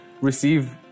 receive